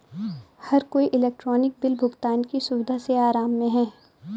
हर कोई electronic bill भुगतान की सुविधा से आराम में है